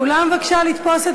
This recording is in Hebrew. כולם בבקשה לתפוס את